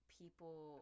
people